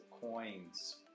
coins